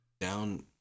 Down